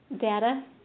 Data